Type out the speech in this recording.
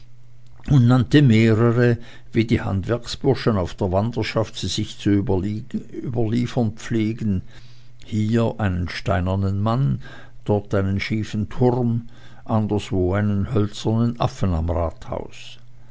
und nannte mehrere wie die handwerksburschen auf der wanderschaft sie sich zu überliefern pflegen hier einen steinernen mann dort einen schiefen turm anderswo einen hölzernen affen am rathaus